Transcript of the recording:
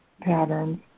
patterns